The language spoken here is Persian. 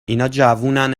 جوونن